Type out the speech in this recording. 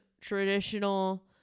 traditional